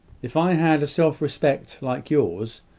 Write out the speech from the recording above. if i had a self-respect like yours,